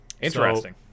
Interesting